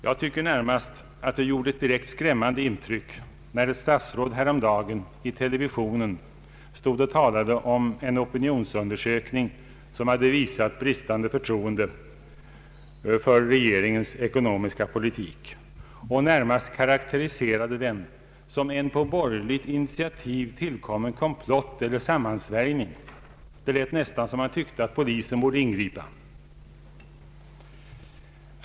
Jag tycker närmast det gjorde ett direkt skrämmande intryck, när ett statsråd häromdagen i televisionen talade om en opinionsundersökning, som hade visat bristande förtroende för regeringens ekonomiska politik, och närmast karakteriserade den som en på borgerligt initiativ tillkommen komplott eller sammansvärjning. Det lät nästan som om han tyckte att polisen borde ingripa.